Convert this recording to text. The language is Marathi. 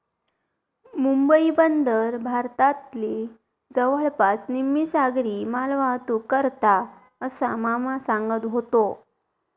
मुंबई बंदर भारतातली जवळपास निम्मी सागरी मालवाहतूक करता, असा मामा सांगत व्हतो